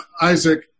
Isaac